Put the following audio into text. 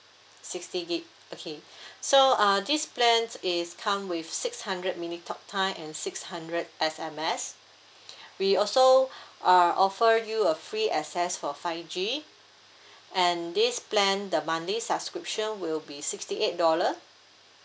sixty gigabyte okay so uh this plan is come with six hundred minute talk time and six hundred S_M_S we also uh offer you a free access for five G and this plan the monthly subscription will be sixty eight dollar